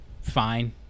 fine